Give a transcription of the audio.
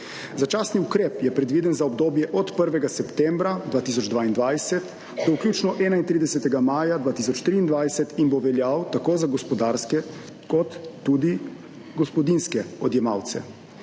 Začasni ukrep je predviden za obdobje od 1. septembra 2022 do vključno 31. maja 2023 in bo veljal tako za gospodarske kot tudi gospodinjske odjemalce.